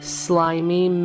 slimy